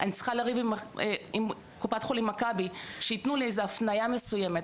אני צריכה לריב עם קופת חולים מכבי שיתנו לי איזו הפנייה מסוימת,